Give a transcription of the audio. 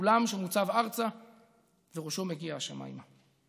סולם שמוצב ארצה וראשו מגיע השמיימה.